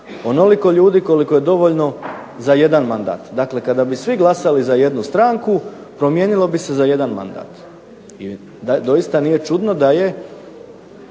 onoliko ljudi koliko je dovoljno za jedan mandat. Dakle, kada bi svi glasali za jednu stranku promijenilo bi se za jedan mandat i doista nije čudno da je